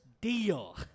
Deal